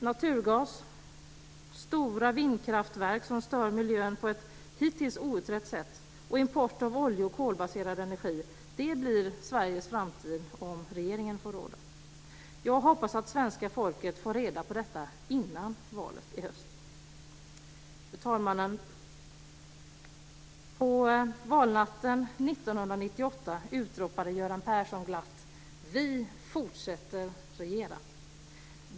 Naturgas, stora vindkraftverk som stör miljön på ett hittills outrett sätt samt import av olje och kolbaserad energi - det blir Sveriges framtid om regeringen får råda. Jag hoppas att svenska folket får reda på detta före valet i höst. Fru talman! På valnatten 1998 utropade Göran Persson glatt: Vi fortsätter regera!